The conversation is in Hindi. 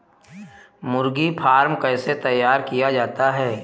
मुर्गी फार्म कैसे तैयार किया जाता है?